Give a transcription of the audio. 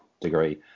degree